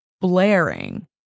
blaring